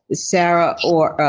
sarah or.